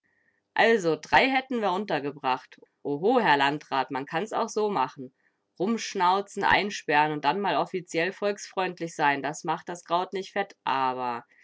also drei hätten wir untergebracht oho herr landrat man kann's auch so machen rumschnauzen einsperren und dann mal offiziell volksfreundlich sein das macht das kraut nicht fett aber